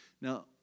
Now